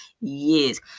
years